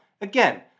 Again